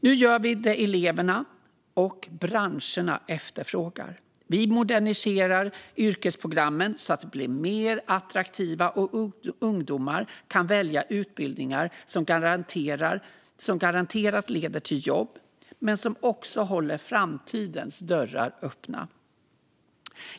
Nu gör vi det eleverna och branscherna efterfrågar: Vi moderniserar yrkesprogrammen så att de blir mer attraktiva och så att ungdomar kan välja utbildningar som garanterat leder till jobb, men som också håller framtidens dörrar öppna.